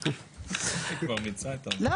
אני